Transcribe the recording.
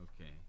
Okay